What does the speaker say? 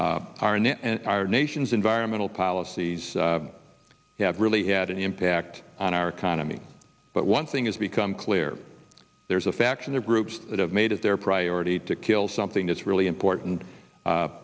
and our nation's environmental policies have really had an impact on our economy but one thing has become clear there's a faction of groups that have made it their priority to kill something that's really important